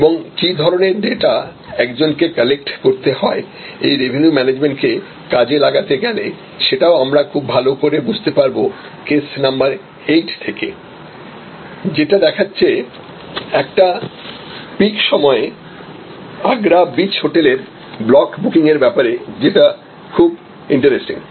এবং কি ধরনের ডাটা একজনকে কালেক্ট করতে হয় এই রেভিনিউ ম্যানেজমেন্টকে কাজে লাগাতে গেলে সেটাও আমরা খুব ভালো করে বুঝতে পারব কেস নাম্বার এইট থেকে যেটা দেখাচ্ছে একটা পিক সময়ে আগ্রা বিচ হোটেলের ব্লক বুকিং এর ব্যাপারে যেটা খুব ইন্টারেস্টিং